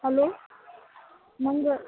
hello ನಂಗೆ